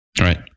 Right